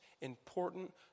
important